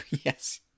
Yes